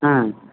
হুম